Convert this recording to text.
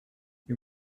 you